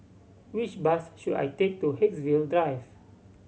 which bus should I take to Haigsville Drive